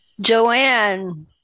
Joanne